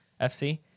FC